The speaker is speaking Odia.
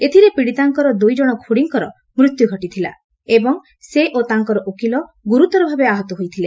ଏଥିରେ ପୀଡ଼ିତାଙ୍କର ଦୁଇ ଜଣ ଖୁଡ଼ୀଙ୍କର ମୃତ୍ୟୁ ଘଟିଥିଲା ଏବଂ ସେ ଓ ତାଙ୍କର ଓକିଲ ଗ୍ରର୍ରତର ଭାବେ ଆହତ ହୋଇଥିଲେ